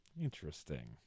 Interesting